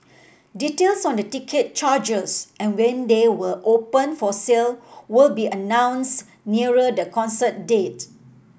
details on the ticket charges and when they will open for sale will be announced nearer the concert date